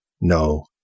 no